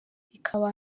ikaba